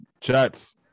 Jets